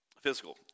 physical